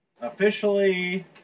Officially